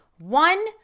one